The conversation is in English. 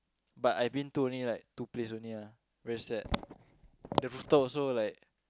but I've been to like only two place only ah very sad the rooftop also like